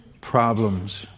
problems